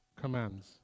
commands